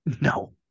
No